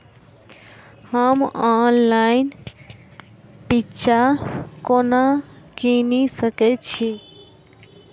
हम ऑनलाइन बिच्चा कोना किनि सके छी?